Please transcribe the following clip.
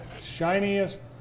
shiniest